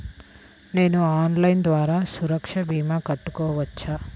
నేను ఆన్లైన్ ద్వారా సురక్ష భీమా కట్టుకోవచ్చా?